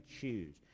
choose